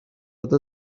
other